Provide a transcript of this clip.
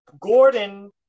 Gordon